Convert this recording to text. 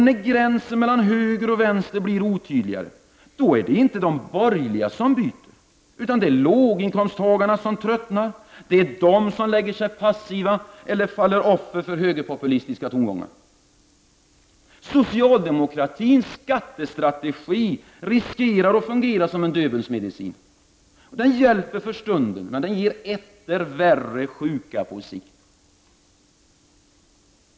När gränsen mellan höger och vänster blir otydligare, är det inte de borgerliga som byter utan det är låginkomsttagarna som tröttnar. Det är de som lägger sig passiva eller faller offer för högerpopulistiska tongångar. Socialdemokratins skattestrategi riskerar att fungera som en Döbelns medicin. Den hjälper för stunden men ger etter värre sjuka på sikt.